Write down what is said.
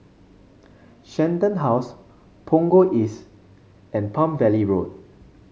Shenton House Punggol East and Palm Valley Road